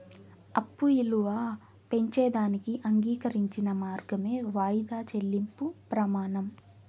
అప్పు ఇలువ పెంచేదానికి అంగీకరించిన మార్గమే వాయిదా చెల్లింపు ప్రమానం